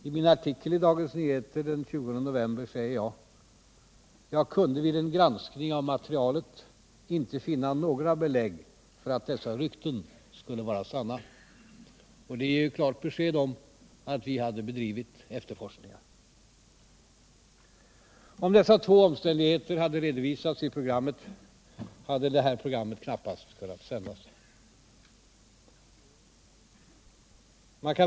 I min artikel i Dagens Nyheter den 20 november 1976 säger jag: Jag kunde vid en granskning av materialet inte finna några belägg för att dessa rykten skulle vara sanna. Det ger klart besked om att vi hade bedrivit efterforskningar. Om dessa två omständigheter hade redovisats i programmet, skulle det knappast ha kunnat sändas. Man kan.